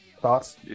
thoughts